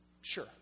Sure